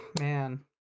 man